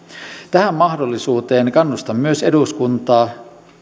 tähän mahdollisuuteen kannustan myös eduskuntaa